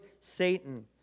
Satan